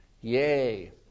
Yay